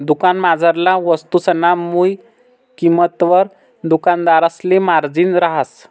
दुकानमझारला वस्तुसना मुय किंमतवर दुकानदारसले मार्जिन रहास